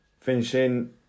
finishing